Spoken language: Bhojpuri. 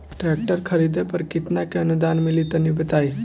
ट्रैक्टर खरीदे पर कितना के अनुदान मिली तनि बताई?